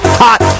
hot